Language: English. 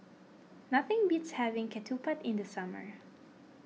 nothing beats having Ketupat in the summer